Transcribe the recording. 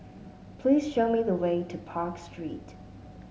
please show me the way to Park Street